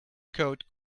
coat